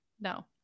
No